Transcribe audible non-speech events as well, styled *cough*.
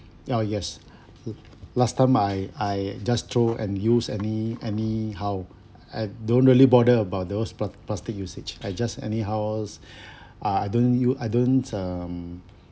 oh yes *breath* *noise* last time I I just throw and use any anyhow I don't really bother about those plas~ plastic usage I just anyhow *breath* uh I don't use I don't um